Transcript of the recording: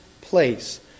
place